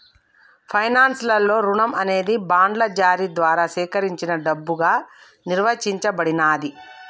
finance లలో రుణం అనేది బాండ్ల జారీ ద్వారా సేకరించిన డబ్బుగా నిర్వచించబడినాది